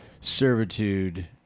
servitude